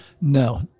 No